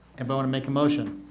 and but want to make a motion